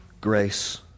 grace